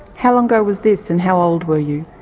how long ago was this, and how old were you?